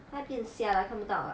他变瞎了看不到 ah yeah then 他手里 like